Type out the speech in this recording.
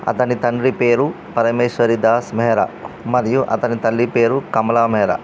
అతని తండ్రి పేరు పరమేశ్వరిదాస్ మెహ్రా మరియు అతని తల్లి పేరు కమలా మెహ్రా